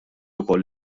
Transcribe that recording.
ukoll